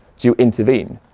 do you intervene?